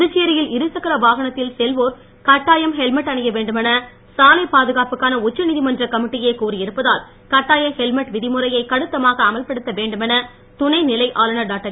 புதுச்சேரியில் இருசக்கர வாகனத்தில் செல்வோர் கட்டாயம் ஹெல்மட் அணிய வேண்டுமென சாலை பாதுகாப்புக்கான உச்ச நீதிமன்ற கமிட்டியே கூறியிருப்பதால் கட்டாய ஹெல்மெட் விதிமுறையை கடுத்தமாக அமல்படுத்த வேண்டுமென துணைநிலை ஆளுனர் டாக்டர்